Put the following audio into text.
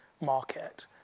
market